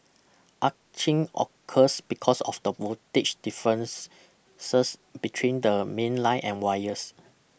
arcing occurs because of the voltage difference between the mainline and wires